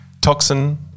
Toxin